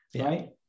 Right